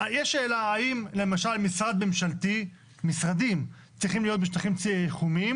למשל משרדים ממשלתיים צריכים להיות בשטחים חומים